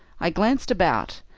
i glanced about,